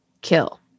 kill